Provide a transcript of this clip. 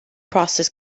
process